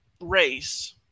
race